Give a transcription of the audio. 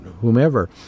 whomever